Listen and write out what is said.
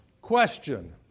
question